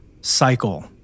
cycle